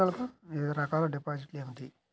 వివిధ రకాల డిపాజిట్లు ఏమిటీ?